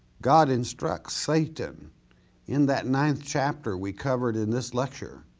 god instructs satan in that ninth chapter we covered in this lecture,